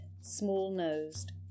small-nosed